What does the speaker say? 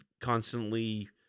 constantly